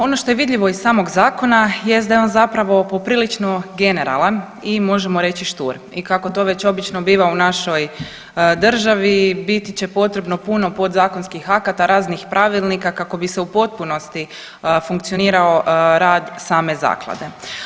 Ono što je vidljivo iz samog zakona jest da je on zapravo poprilično generalan i možemo reć štur i kako to već obično biva u našoj državi biti će potrebno puno podzakonskih akata i raznih pravilnika kako bi u potpunosti funkcionirao rad same zaklade.